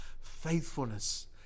faithfulness